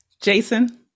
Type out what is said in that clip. Jason